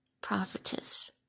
Prophetess